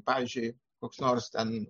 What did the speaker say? pavyzdžiui koks nors ten